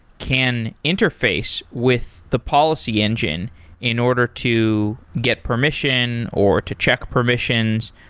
can interface with the policy engine in order to get permission or to check permissions.